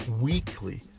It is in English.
weekly